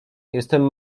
jestem